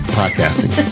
podcasting